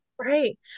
right